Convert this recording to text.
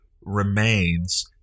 remains